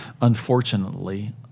unfortunately